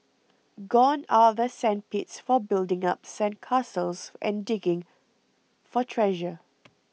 gone are the sand pits for building up sand castles and digging for treasure